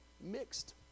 Mixed